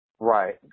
Right